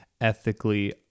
ethically